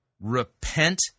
repent